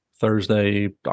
thursday